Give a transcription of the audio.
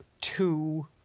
two